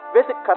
visit